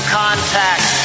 contact